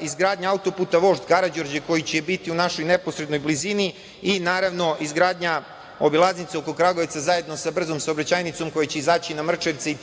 iz gradnja auto-puta Vožd Karađorđe koji će biti u našoj neposrednoj blizini i naravno izgradnja obilaznice oko Kragujevca, zajedno sa brzom saobraćajnicom koja će izaći na Mrčajevce i